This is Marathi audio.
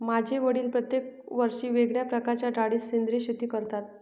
माझे वडील प्रत्येक वर्षी वेगळ्या प्रकारच्या डाळी सेंद्रिय शेती करतात